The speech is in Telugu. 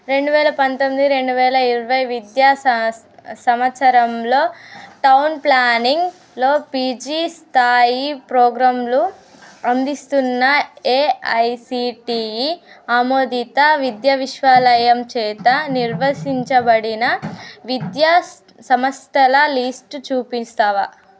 రెండు వేల పంతొమ్మిది రెండు వేల ఇరవై విద్యా సా సంవత్సరంలో టౌన్ ప్లానింగ్లో పీజీ స్థాయి ప్రోగ్రామ్లు అందిస్తున్న ఏఐసిటిఈ ఆమోదిత విశ్వవిద్యాలయం చేత నిర్వహించబడిన విద్యా సంస్థల లిస్టు చూపిస్తావా